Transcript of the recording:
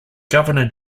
governor